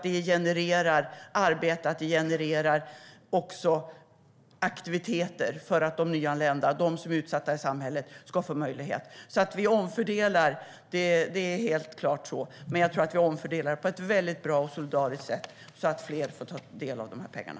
Det genererar arbete och aktiviteter för nyanlända och utsatta i samhället. Det är helt klart så att vi omfördelar, men vi omfördelar på ett bra och solidariskt sätt så att fler kan få ta del av pengarna.